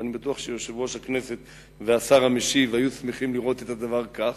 ואני בטוח שיושב-ראש הכנסת והשר המשיב היו שמחים לראות את הדבר כך,